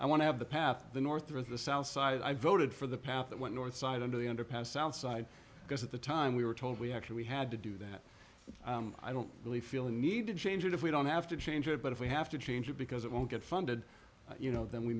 i want to have the path to the north through the south side i voted for the path that went north side under the underpass outside because at the time we were told we actually had to do that i don't really feel the need to change it if we don't have to change it but if we have to change it because it won't get funded you know then we